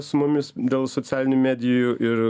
su mumis dėl socialinių medijų ir